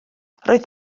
roedd